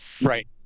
right